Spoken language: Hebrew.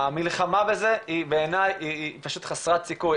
המלחמה בזה היא בעיניי פשוט חסרת סיכוי,